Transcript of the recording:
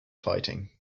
fighting